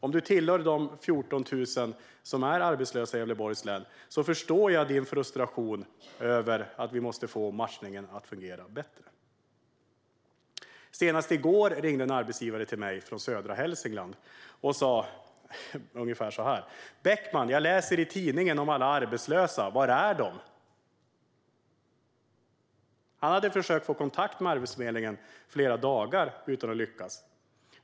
Om du tillhör de 14 000 som är arbetslösa i Gävleborgs län förstår jag din frustration över att vi måste få matchningen att fungera bättre. Senast i går ringde en arbetsgivare i södra Hälsingland till mig och sa ungefär så här: Beckman, jag läser i tidningen om alla arbetslösa - var är de? Han hade i flera dagar försökt få kontakt med Arbetsförmedlingen utan att lyckas.